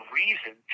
reason